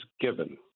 given